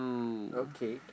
okay